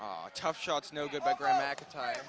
ahd tough shots no good background back a time